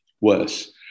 worse